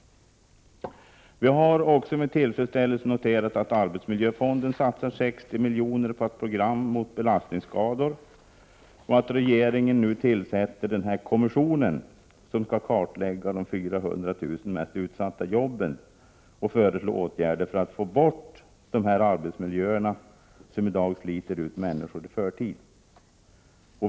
Vi har med tillfredsställelse noterat att arbetsmiljöfonden satsar 60 miljoner på ett program mot belastningsskador och att regeringen nu tillsätter en kommission som skall kartlägga de 400 000 mest utsatta jobben och föreslå åtgärder för att få bort sådana arbetsmiljöer som i dag sliter ut människor i förtid.